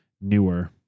newer